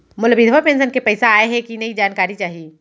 मोला विधवा पेंशन के पइसा आय हे कि नई जानकारी चाही?